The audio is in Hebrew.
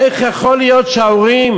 איך יכול להיות שההורים,